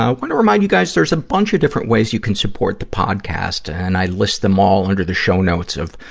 wanna remind you guys there's a bunch of different ways you can support the podcast, and i list them all under the show notes of,